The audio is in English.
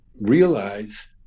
realize